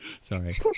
Sorry